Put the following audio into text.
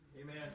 Amen